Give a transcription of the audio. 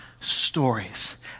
stories